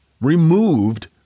removed